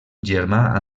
germà